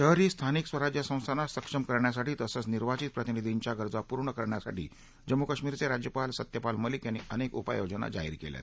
शहरी स्थानिक स्वराज्य संस्थांना सक्षम करण्यासाठी तसंच निर्वाचित प्रतिनिधींच्या गरजा पूर्ण करण्यासाठी जम्मू कश्मीरचे राज्यपाल सत्यपाल मलिक यांनी अनेक उपाययोजना जाहीर केल्या आहेत